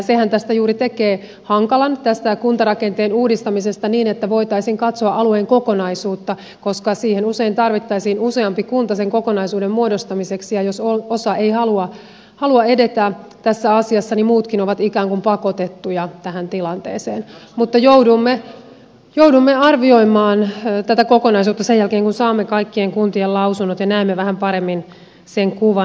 sehän juuri tekee hankalan tästä kuntarakenteen uudistamisesta siinä että voitaisiin katsoa alueen kokonaisuutta koska usein tarvittaisiin useampi kunta sen kokonaisuuden muodostamiseksi ja jos osa ei halua edetä tässä asiassa niin muutkin ovat ikään kuin pakotettuja tähän tilanteeseen mutta joudumme arvioimaan tätä kokonaisuutta sen jälkeen kun saamme kaikkien kuntien lausunnot ja näemme vähän paremmin sen kuvan